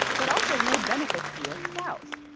but also no benefits through a spouse.